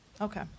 Okay